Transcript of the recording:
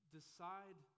Decide